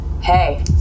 Hey